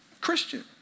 Christian